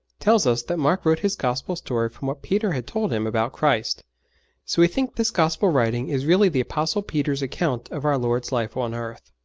tells us that mark wrote his gospel story from what peter had told him about christ so we think this gospel writing is really the apostle peter's account of our lord's life on earth.